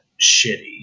shitty